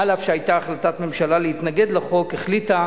אף שהיתה החלטת ממשלה להתנגד לחוק, החליטה